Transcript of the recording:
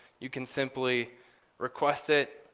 you can simply requests it.